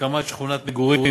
הקמת שכונות מגורים